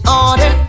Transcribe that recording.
order